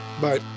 Bye